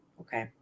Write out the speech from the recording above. okay